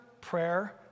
prayer